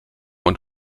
und